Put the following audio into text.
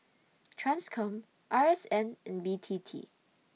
TRANSCOM R S N and B T T